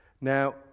Now